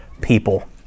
people